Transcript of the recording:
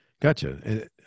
Gotcha